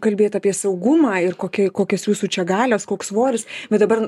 kalbėt apie saugumą ir kokioj kokios jūsų čia galios koks svoris bet dabar